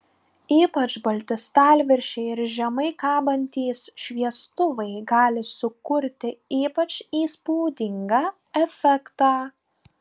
ypač balti stalviršiai ir žemai kabantys šviestuvai gali sukurti ypač įspūdingą efektą